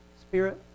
Spirit